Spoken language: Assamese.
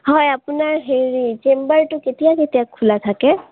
হয় আপোনাৰ হেৰি চেম্বাৰটো কেতিয়া কেতিয়া খোলা থাকে